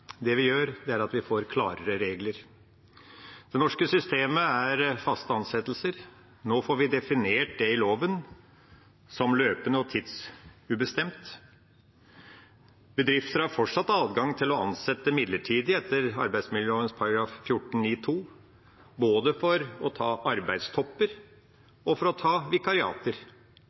Det er ikke korrekt. Det vi gjør, er at vi får klarere regler. Det norske systemet er faste ansettelser. Nå får vi definert det i loven som løpende og tidsubestemt. Bedrifter har fortsatt adgang til å ansette midlertidig etter arbeidsmiljøloven § 14–9 andre ledd – både for å ta arbeidstopper og for å ta vikariater.